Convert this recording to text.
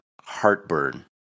Heartburn